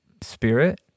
spirit